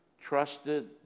trusted